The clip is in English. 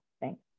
Thanks